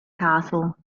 caso